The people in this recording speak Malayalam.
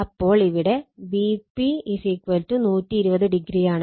അപ്പോൾ ഇവിടെ Vp 120 o ആണ്